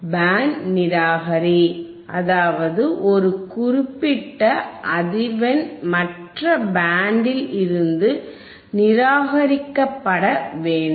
pant நிராகரி அதாவது ஒரு குறிப்பிட்ட அதிர்வெண் மற்ற பேண்டில் இருந்து நிராகரிக்கப்பட வேண்டும்